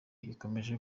ikomeje